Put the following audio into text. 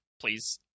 Please